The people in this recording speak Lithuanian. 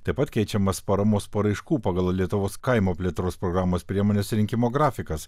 taip pat keičiamas paramos paraiškų pagal lietuvos kaimo plėtros programos priemones rinkimo grafikas